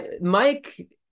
Mike